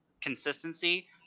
consistency